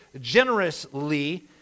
generously